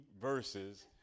verses